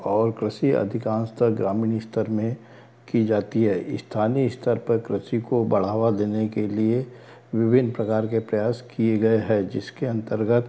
और कृषि अधिकांश तक ग्रामीण स्तर में की जाती है स्थानीय स्तर पर कृषि को बढ़ावा देने के लिए विभिन्न प्रकार के प्रयास किए गए हैं जिसके अंतर्गत